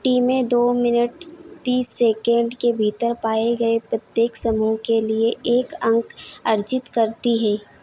टीमें दो मिनट तीस सेकण्ड के भीतर पाए गए प्रत्येक समूह के लिए एक अंक अर्जित करती है